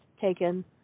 taken